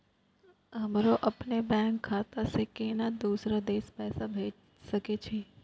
हमरो अपने बैंक खाता से केना दुसरा देश पैसा भेज सके छी?